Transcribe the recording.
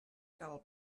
cal